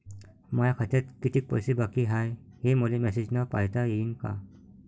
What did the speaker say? माया खात्यात कितीक पैसे बाकी हाय, हे मले मॅसेजन पायता येईन का?